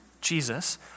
Jesus